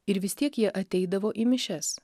ir vis tiek jie ateidavo į mišias